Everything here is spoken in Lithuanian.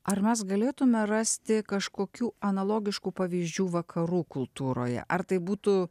ar mes galėtume rasti kažkokių analogiškų pavyzdžių vakarų kultūroje ar tai būtų